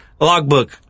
logbook